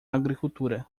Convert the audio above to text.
agricultura